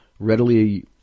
Readily